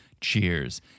cheers